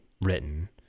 written